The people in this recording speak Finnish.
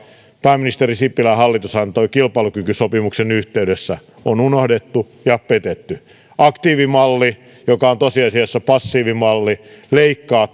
pääministeri sipilän hallitus antoi kilpailukykysopimuksen yhteydessä on unohdettu ja petetty aktiivimalli joka on tosiasiassa passiivimalli leikkaa